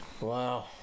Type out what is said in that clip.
Wow